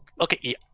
Okay